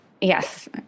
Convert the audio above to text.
yes